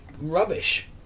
rubbish